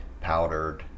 powdered